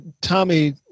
Tommy